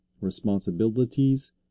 responsibilities